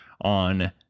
on